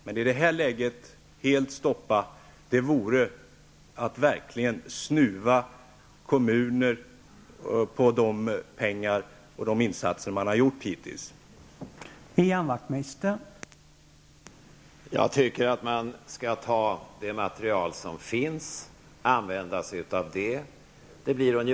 Men att i det här läget helt stoppa arbetet, vore att verkligen snuva kommuner på pengar och de insatser som man hittills har gjort.